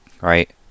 right